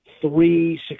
three